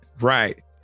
Right